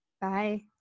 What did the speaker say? Bye